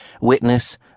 Witness